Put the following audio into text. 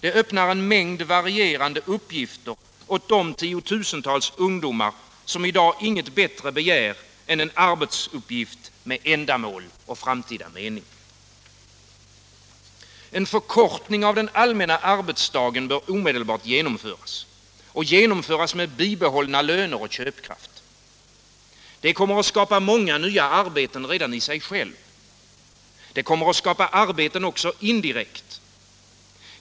Det öppnar en mängd varierande uppgifter åt de 10 000-tals ungdomar som i dag inget bättre begär än en arbetsuppgift med ändamål och framtida mening. En förkortning av den allmänna arbetsdagen bör omedelbart genomföras, och genomföras med bibehållna löner och köpkraft. Det kommer att skapa många nya arbeten redan i sig självt. Det kommer att skapa arbeten också indirekt.